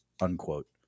Unquote